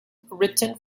written